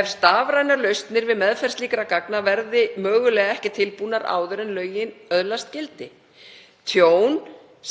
ef stafrænar lausnir við meðferð slíkra gagna verða mögulega ekki tilbúnar áður en lögin öðlast gildi. Tjón